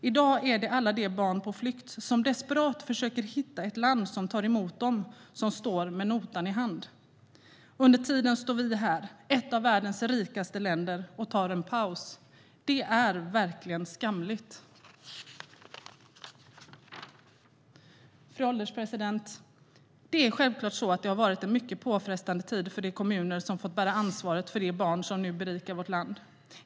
I dag är det alla de barn på flykt, som desperat försöker hitta ett land som tar emot dem, som står med notan i hand. Under tiden står vi här, ett av världens rikaste länder, och tar en paus. Det är verkligen skamligt. Fru ålderspresident! Det är självklart så att det har varit en mycket påfrestande tid för de kommuner som fått bära ansvaret för de barn som nu berikar vårt land.